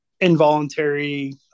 involuntary